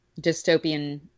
dystopian